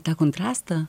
tą kontrastą